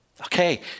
Okay